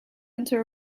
centre